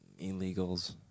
illegals